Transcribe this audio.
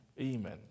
Amen